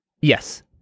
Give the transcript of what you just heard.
Yes